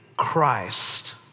Christ